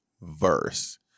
verse